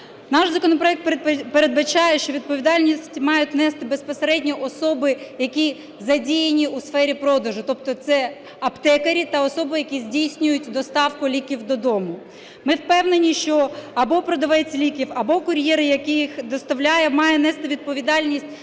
Наш законопроект передбачає, що відповідальність мають нести безпосередньо особи, які задіяні у сфері продажу, тобто це аптекарі та особи, які здійснюють доставку ліків додому. Ми впевнені, що або продавець ліків, або кур'єр, який їх доставляє, має нести відповідальність